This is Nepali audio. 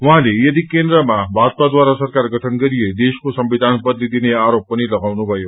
उहाँले यदि केन्द्रमा भाजपाढारा सरकार गठन गरिए देश्को संविधान बदलिदिने आरोप पनि लागाउनुभयो